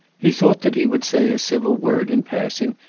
he thought that he would say a civil word in passing,